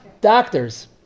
Doctors